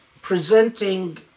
presenting